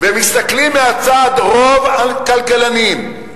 ומסתכלים מהצד רוב הכלכלנים,